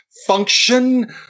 function